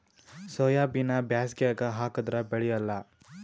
ಸೋಯಾಬಿನ ಬ್ಯಾಸಗ್ಯಾಗ ಹಾಕದರ ಬೆಳಿಯಲ್ಲಾ?